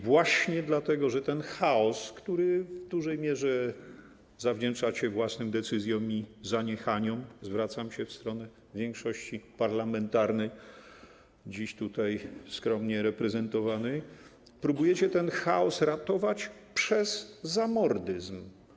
Właśnie dlatego, że ten chaos, który w dużej mierze zawdzięczacie własnym decyzjom i zaniechaniom - zwracam się w stronę większości parlamentarnej, dziś tutaj skromnie reprezentowanej - próbujecie ratować przez zamordyzm.